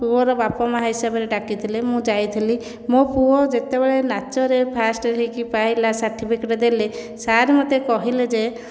ପୁଅର ବାପା ମା' ହିସାବରେ ଡାକିଥିଲେ ମୁଁ ଯାଇଥିଲି ମୋ ପୁଅ ଯେତେବେଳେ ନାଚରେ ଫାଷ୍ଟ ହୋଇକି ପାଇଲା ସାର୍ଟିଫିକେଟ ଦେଲେ ସାର୍ ମୋତେ କହିଲେ ଯେ